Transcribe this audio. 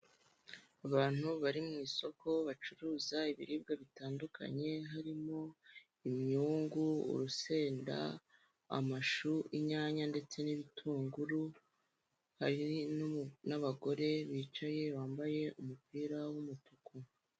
Abantu bari mu isoko bacuruza ibiribwa bitandukanye, harimo imyungu, urusenda, amashu, inyanya, ndetse n'ibitunguru, hari n'abagore bicaye bambaye umupira w'umutuku.